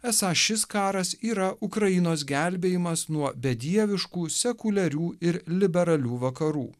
esą šis karas yra ukrainos gelbėjimas nuo bedieviškų sekuliarių ir liberalių vakarų